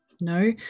No